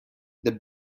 the